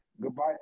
goodbye